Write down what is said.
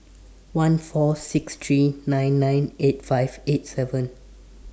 one four six three nine nine eight five eight seven